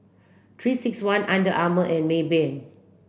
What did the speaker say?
three six one Under Armour and Maybank